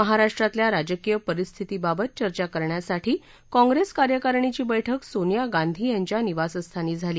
महाराष्ट्रातल्या राजकीय परिस्थितीबाबत चर्चा करण्यासाठी काँप्रेस कार्याकारणीची बैठक सोनिया गांधी यांच्या निवासस्थानी झाली